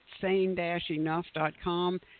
sane-enough.com